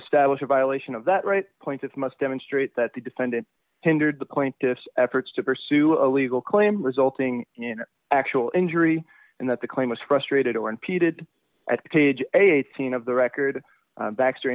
establish a violation of that right point that must demonstrate that the defendant hindered the pointis efforts to pursue a legal claim resulting in actual injury and that the claim was frustrated or impeded at page eighteen of the record baxter